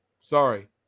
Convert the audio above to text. Sorry